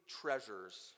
treasures